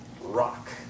Rock